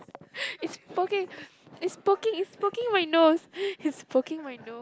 is poking is poking is poking my nose is poking my nose